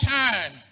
time